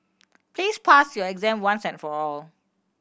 please pass your exam once and for all